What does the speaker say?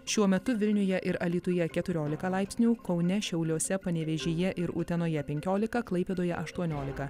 šiuo metu vilniuje ir alytuje keturiolika laipsnių kaune šiauliuose panevėžyje ir utenoje penkiolika klaipėdoje aštuoniolika